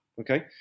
Okay